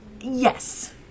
Yes